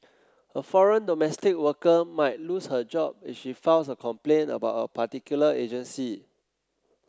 a foreign domestic worker might lose her job if she files a complaint about a particular agency